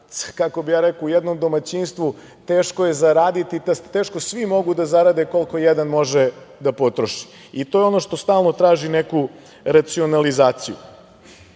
kako bih ja rekao, u jednom domaćinstvu teško svi mogu da zarade koliko jedan može da potroši. To je ono što stalno traži neku racionalizaciju. Kada